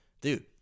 Dude